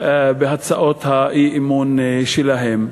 בהצעות האי-אמון שלהם,